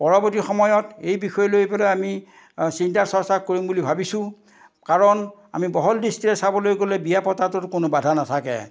পৰৱৰ্তী সময়ত এই বিষয় লৈ পেলাই আমি চিন্তা চৰ্চা কৰিম বুলি ভাবিছোঁ কাৰণ আমি বহল দৃষ্টিৰে চাবলৈ গ'লে বিয়া পতাটোত কোনো বাধা নাথাকে